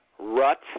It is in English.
Rut